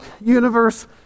universe